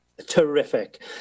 terrific